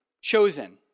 chosen